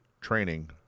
training